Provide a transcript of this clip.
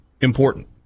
important